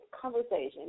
conversation